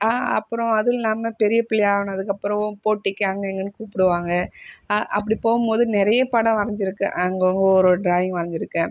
ஆ அப்புறம் அதுவும் இல்லாமல் பெரிய பிள்ளையா ஆனதுக்கு அப்புறம் போட்டிக்கு அங்கே இங்கேனு கூப்பிடுவாங்க அ அப்படி போகும்போது நிறைய படம் வரைஞ்சு இருக்கேன் அங்கங்க ஒரு ஒரு ட்ராயிங் வரைஞ்சு இருக்கேன்